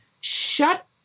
Shut